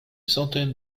centaines